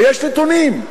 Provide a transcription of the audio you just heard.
ויש נתונים.